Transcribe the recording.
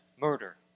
Murder